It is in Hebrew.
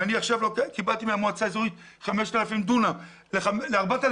ואני עכשיו קיבלתי מהמועצה האזורית 5,000 דונם ל-4,000